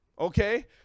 Okay